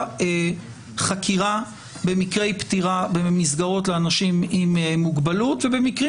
חקירה במקרי פטירה במסגרות לאנשים עם מוגבלות ובמקרים